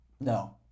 no